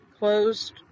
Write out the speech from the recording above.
closed